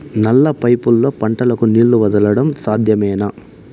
నల్ల పైపుల్లో పంటలకు నీళ్లు వదలడం సాధ్యమేనా?